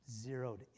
zeroed